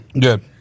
Good